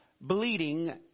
Bleeding